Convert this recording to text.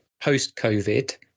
post-COVID